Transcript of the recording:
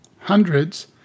hundreds